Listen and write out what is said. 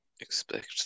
Expect